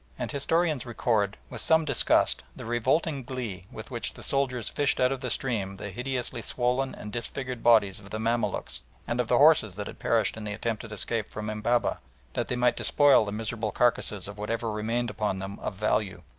and historians record, with some disgust, the revolting glee with which the soldiers fished out of the stream the hideously swollen and disfigured bodies of the mamaluks and of the horses that had perished in the attempted escape from embabeh that they might despoil the miserable carcases of whatever remained upon them of value.